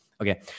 Okay